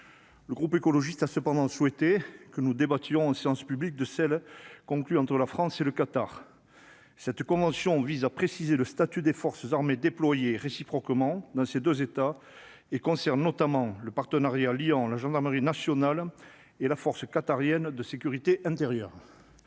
Le groupe écologiste a cependant souhaité que nous en séance publique de celle conclue entre la France et le Qatar, cette convention vise à préciser le statut des forces armées déployées réciproquement dans ces 2 États, et concernent notamment le partenariat liant la gendarmerie nationale et la force qatarienne de sécurité intérieure.